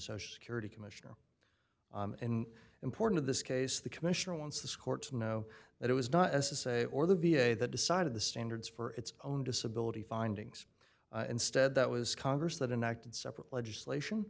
social security commission or in important of this case the commissioner wants this court to know that it was not as a say or the v a that decided the standards for its own disability findings instead that was congress that enact and separate legislation